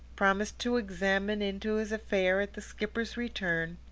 promised to examine into his affair at the skipper's return,